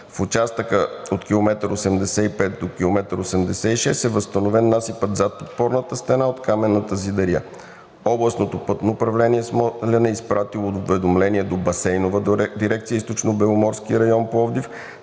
В участъка от км 85 до км 86 е възстановен насипът за подпорната стена от каменната зидария. Областното пътно управление – Смолян, е изпратило уведомление до Басейнова дирекция „Източнобеломорски район“ – Пловдив,